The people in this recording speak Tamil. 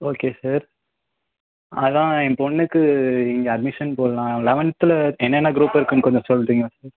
ஓகே சார் அதான் என் பொண்ணுக்கு இங்கே அட்மிஷன் போடலாம் லெவன்த்தில் என்னென்ன குரூப் இருக்குதுன்னு கொஞ்சம் சொல்கிறீங்களா சார்